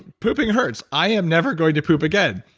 pooping hurts. i am never going to poop again.